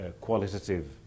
qualitative